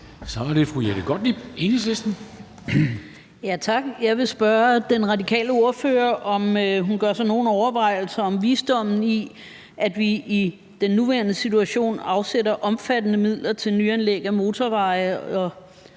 Kl. 13:32 Jette Gottlieb (EL): Tak. Jeg vil spørge den radikale ordfører, om hun gør sig nogen overvejelser om visdommen i, at vi i den nuværende situation afsætter omfattende midler til nyanlæg af motorveje og